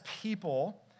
people